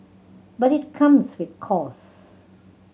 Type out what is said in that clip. but it comes with costs